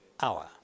hour